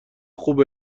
خوب